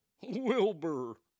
Wilbur